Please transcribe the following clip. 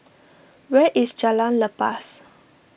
where is Jalan Lepas